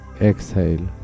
Exhale